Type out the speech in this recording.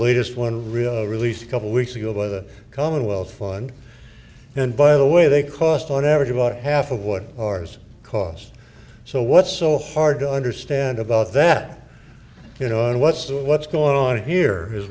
latest one released a couple weeks ago by the commonwealth fund and by the way they cost on average about half of what ours cause so what's so hard to understand about that you know and what's the what's going on here is